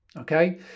okay